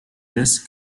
this